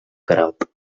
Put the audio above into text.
queralt